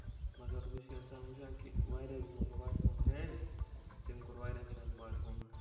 مَگر وۄنۍ چھُ اِنسان وٕچھان واریاہ موبایِل فون چینج تٔمۍ کوٚر واریاہ